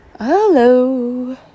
hello